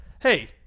hey